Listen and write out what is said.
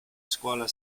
scuola